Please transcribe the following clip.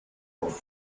auf